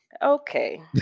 Okay